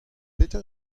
petra